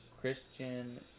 Christian